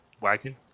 wagon